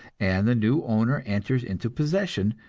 and the new owner enters into possession,